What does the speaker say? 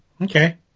Okay